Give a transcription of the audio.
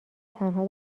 تنها